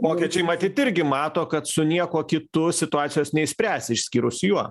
vokiečiai matyt irgi mato kad su niekuo kitu situacijos neišspręs išskyrus juo